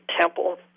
temple